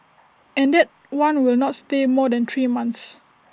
and that one will not stay more than three months